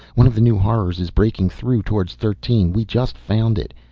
one of the new horrors is breaking through towards thirteen, we just found it.